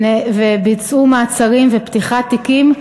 וביצעו מעצרים ופתיחת תיקים,